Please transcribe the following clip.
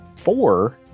four